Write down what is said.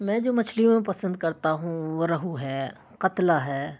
میں جو مچھلیوں میں پسند کرتا ہوں وہ روہو ہے قتلہ ہے